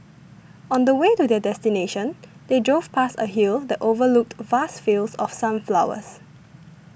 on the way to their destination they drove past a hill that overlooked vast fields of sunflowers